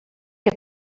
que